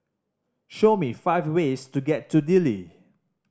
show me five ways to get to Dili